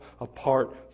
apart